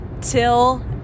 till